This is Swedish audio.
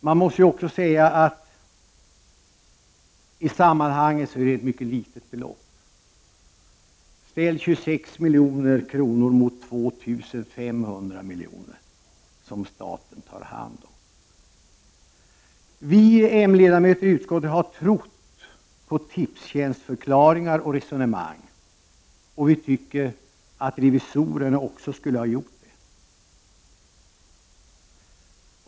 Man måste också säga att det i sammanhanget är fråga om ett mycket litet belopp. Ställ 26 milj.kr. mot de 2 500 miljoner som staten tar hand om! Vi moderata ledamöter i utskottet har trott på Tipstjänsts förklaringar och resonemang, och vi tycker att revisorerna också skulle gjort det.